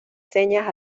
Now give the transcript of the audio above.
señas